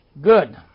Good